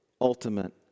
ultimate